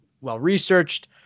well-researched